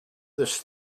this